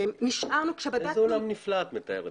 נשארנו --- איזה עולם נפלא את מתארת,